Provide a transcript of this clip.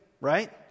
right